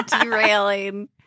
Derailing